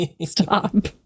stop